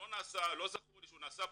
לא זכור לי שהוא נעשה,